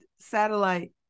satellite